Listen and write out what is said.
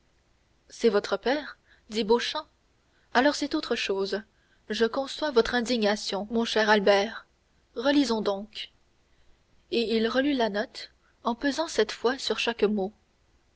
c'est votre père dit beauchamp alors c'est autre chose je conçois votre indignation mon cher albert relisons donc et il relut la note en pesant cette fois sur chaque mot